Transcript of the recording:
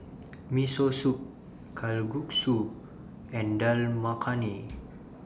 Miso Soup Kalguksu and Dal Makhani